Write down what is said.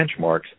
benchmarks